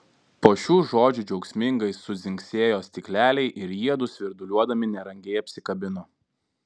po šių žodžių džiaugsmingai sudzingsėjo stikleliai ir jiedu svirduliuodami nerangiai apsikabino